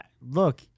look